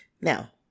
now